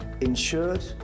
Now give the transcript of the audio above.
insured